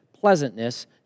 pleasantness